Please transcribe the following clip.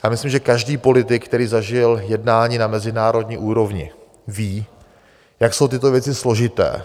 Já myslím, že každý politik, který zažil jednání na mezinárodní úrovni, ví, jak jsou tyto věci složité.